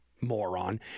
moron